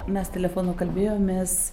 mes telefonu kalbėjomės